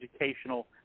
educational